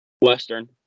Western